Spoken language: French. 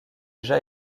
déjà